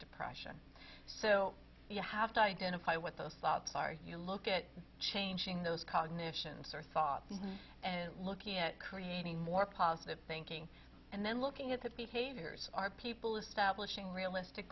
depression so you have to identify what those thoughts are you look at changing those cognitions or thought and looking at creating more positive thinking and then looking at the behaviors are people establishing realistic